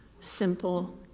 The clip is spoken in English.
simple